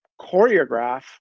choreograph